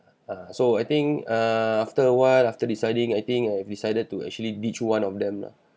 err so I think err after a while after deciding I think I decided to actually ditch one of them lah